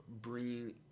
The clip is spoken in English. bringing